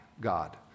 God